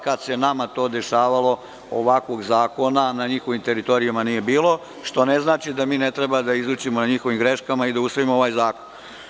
Kada se nama to dešavalo, ovakvog zakona na njihovim teritorijama nije bilo, što ne znači da mi ne treba da učimo na njihovim greškama i da usvojimo ovaj zakon.